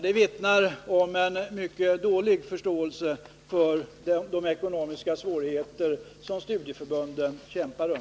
Det vittnar om en mycket dålig förståelse för de ekonomiska svårigheter som studieförbunden kämpar med.